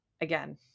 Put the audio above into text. again